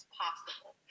possible